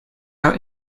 out